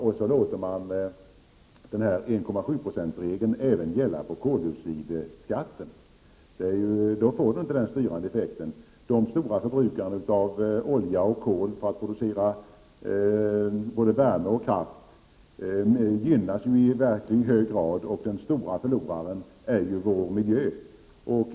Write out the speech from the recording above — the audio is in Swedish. Men det är märkligt att 1,7-procentsregeln skall gälla även för koloxidskatten. Då får vi inte den här styrande effekten. De stora förbrukarna av olja och kol, för produktion av både värme och kraft, gynnas i verkligt hög grad. Den stora förloraren är vår miljö.